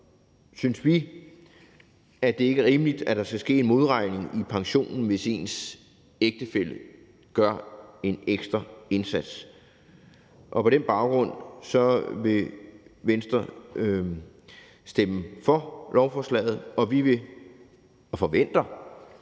synes vi, at det ikke er rimeligt, at der skal ske modregning i pensionen, hvis ens ægtefælle gør en ekstra indsats. På den baggrund vil Venstre stemme for lovforslaget, og vi forventer,